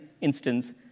instance